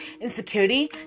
insecurity